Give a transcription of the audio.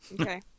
Okay